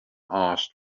asked